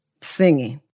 singing